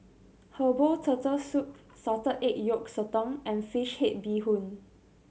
herbal Turtle Soup salted egg yolk sotong and fish head bee hoon